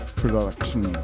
production